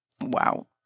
wow